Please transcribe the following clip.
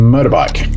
Motorbike